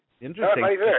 interesting